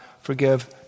forgive